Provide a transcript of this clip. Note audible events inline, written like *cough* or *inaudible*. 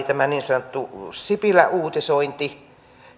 *unintelligible* tämä niin sanottu sipilä uutisointi